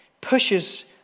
pushes